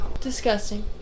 Disgusting